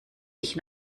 ich